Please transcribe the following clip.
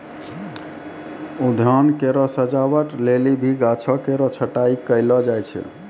उद्यान केरो सजावट लेलि भी गाछो केरो छटाई कयलो जाय छै